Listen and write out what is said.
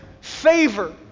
favor